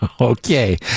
Okay